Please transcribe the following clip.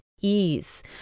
ease